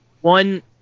one